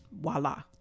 voila